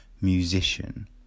musician